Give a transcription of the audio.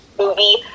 movie